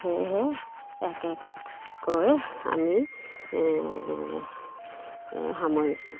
সেয়েহে ইয়াকে কৈ আমি সামৰিছোঁ